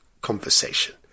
conversation